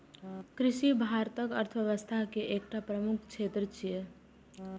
कृषि भारतक अर्थव्यवस्था के एकटा प्रमुख क्षेत्र छियै